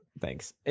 Thanks